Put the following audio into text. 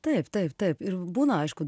taip taip taip būna aišku